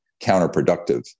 counterproductive